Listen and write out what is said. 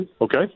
Okay